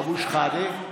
אבו שחאדה.